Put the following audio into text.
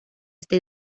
este